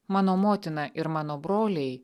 mano motina ir mano broliai